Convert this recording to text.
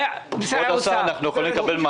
משרד האוצר טוען שזה כן.